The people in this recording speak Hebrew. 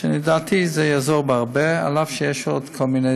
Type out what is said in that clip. לדעתי זה יעזור בהרבה, אף שיש עוד כל מיני